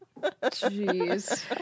Jeez